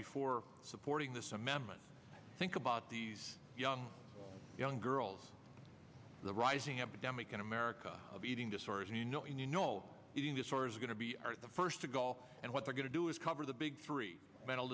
before supporting this amendment think about these young young girls the rising epidemic in america of eating disorders and you know you know eating disorders are going to be the first to go all and what they're going to do is cover the big three mental